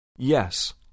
Yes